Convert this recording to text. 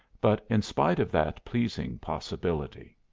but in spite of that pleasing possibility.